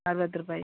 ಅರ್ವತ್ತು ರೂಪಾಯಿ